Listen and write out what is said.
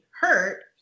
hurt